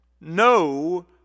No